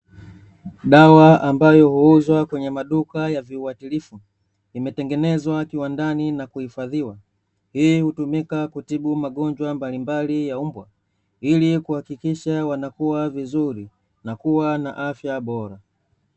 Dawa ambayo huuzwa kwenye maduka ya viwatilifu imetengenezwa kiwandani na kuhifadhiwa, hii hutumika kutibu magonjwa mbalimbali ya mbwa ili kuhakikusha wanakua vizuri na kuwa na afya bora.